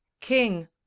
king